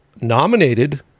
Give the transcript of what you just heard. nominated